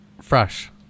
fresh